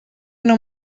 não